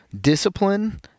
discipline